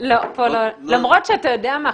--- למרות שאתה יודע מה,